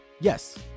Yes